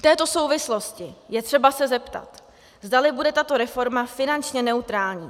V této souvislosti je třeba se zeptat, zdali bude tato reforma finančně neutrální.